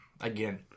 Again